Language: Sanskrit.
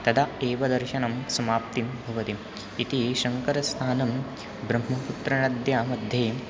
तदा एव दर्शनं समाप्तिं भवति इति शङ्करस्थानं ब्रह्मपुत्रनद्यां मध्ये